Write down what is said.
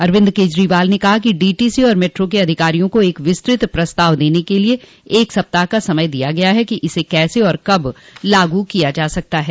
अरविंद केजरीवाल ने कहा कि डीटीसी और मेट्रो के अधिकारियों को एक विस्तृत प्रस्ताव देने के लिए एक सप्ताह का समय दिया है कि इसे कैसे और कब लागू किया जा सकता है